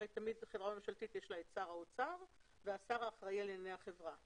הרי תמיד לחברה ממשלתית יש את שר האוצר והשר האחראי לענייני החברה.